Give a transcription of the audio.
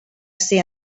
ser